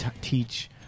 teach